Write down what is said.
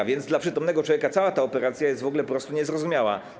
A więc dla przytomnego człowieka cała ta operacja jest po prostu niezrozumiała.